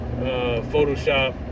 Photoshop